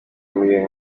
miliyoni